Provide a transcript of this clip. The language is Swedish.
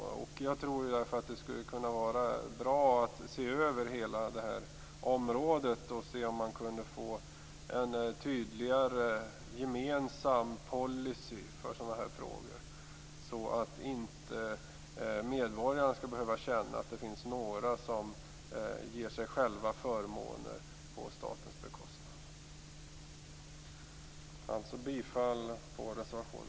Jag tror därför att det skulle vara bra att se över hela det här området för att komma fram till om man kan få en tydligare gemensam policy för sådana här frågor. Medborgarna skulle då inte behöva känna att några ger sig själva förmåner på statens bekostnad.